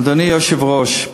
אדוני היושב-ראש,